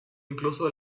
incluso